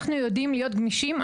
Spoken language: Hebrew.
אנחנו יודעים להיות גמישים,